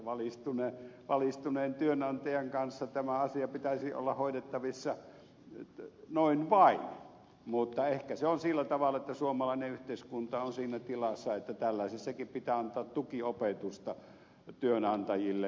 elikkä valistuneen työnantajan kanssa tämä asia pitäisi olla hoidettavissa noin vain mutta ehkä se on sillä tavalla että suomalainen yhteiskunta on siinä tilassa että tällaisessakin pitää antaa tukiopetusta työnantajille